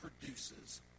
produces